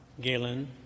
Galen